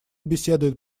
беседует